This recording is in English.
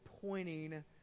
pointing